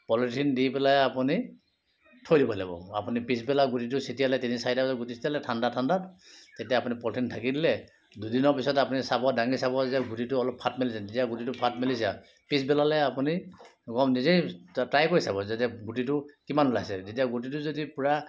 polythene দি পেলাই আপুনি থৈ দিব লাগিব আপুনি পিছবেলা গুটিটো ছটিয়ালে তিনি চাৰি বজাত গুটি ছটিয়ালে ঠাণ্ডা ঠাণ্ডাত তেতিয়া আপুনি পলিথিন ঢাকি দিলে দুদিনৰ পিছতে আপুনি চাব দাঙি চাব যে গুটিটো অলপ ফাঁট মেলিছে নি যেতিয়া গুটিটো অলপ ফাঁট মেলিছে আৰু পিছবেলালৈ আপুনি নিজেই ট্ৰাই কৰি চাব যে গুটিটো কিমান ওলাইছে যেতিয়া গুটিটো যদি পূৰা